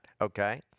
Okay